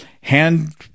hand